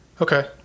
Okay